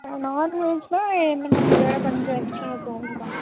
ma'am நான்வெஜ்ன்னா என்ன ma'am இதை விட கொஞ்சம் எஸ்ட்ராவாக ஆகும் அவ்வளோதான்